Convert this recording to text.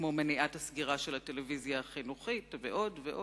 כמו מניעת הסגירה של הטלוויזיה החינוכית ועוד ועוד.